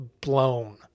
blown